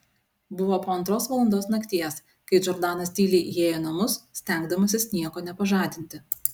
buvo po antros valandos nakties kai džordanas tyliai įėjo į namus stengdamasis nieko nepažadinti